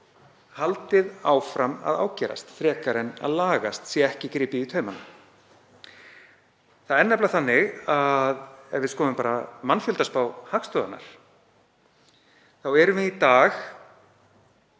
haldið áfram að ágerast frekar en að lagast, sé ekki gripið í taumana. Það er nefnilega þannig að ef við skoðum bara mannfjöldaspá Hagstofunnar eru í dag